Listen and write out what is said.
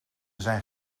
zijn